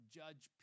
judge